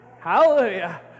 Hallelujah